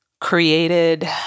created